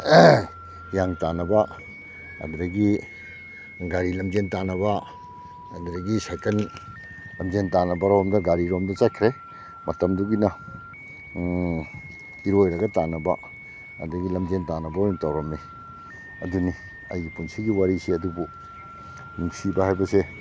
ꯍꯤꯌꯥꯡ ꯇꯥꯟꯅꯕ ꯑꯗꯨꯗꯒꯤ ꯒꯥꯔꯤ ꯂꯝꯖꯦꯟ ꯇꯥꯟꯅꯕ ꯑꯗꯨꯗꯒꯤ ꯁꯥꯏꯀꯟ ꯂꯝꯖꯦꯟ ꯇꯥꯟꯅꯕꯔꯣꯝꯗ ꯒꯥꯔꯤꯔꯣꯝꯗ ꯆꯠꯈ꯭ꯔꯦ ꯃꯇꯝꯗꯨꯒꯤꯅ ꯏꯔꯣꯏꯔꯒ ꯇꯥꯟꯅꯕ ꯑꯗꯒꯤ ꯂꯝꯖꯦꯟ ꯇꯥꯟꯅꯕ ꯑꯣꯏꯅ ꯇꯧꯔꯝꯃꯤ ꯑꯗꯨꯅꯤ ꯑꯩꯒꯤ ꯄꯨꯟꯁꯤꯒꯤ ꯋꯥꯔꯤꯁꯦ ꯑꯗꯨꯕꯨ ꯅꯨꯡꯁꯤꯕ ꯍꯥꯏꯕꯁꯦ